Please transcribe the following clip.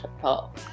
Paul